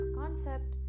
concept